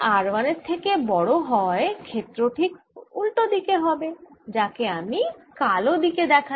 সেই জন্য r 2 যদি r 1 এর থেকে বড় হয় ক্ষেত্র ঠিক উল্টো দিকে হবে যাকে আমি কালো দিকে দেখালাম